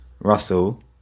Russell